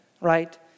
right